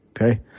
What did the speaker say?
okay